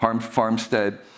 farmstead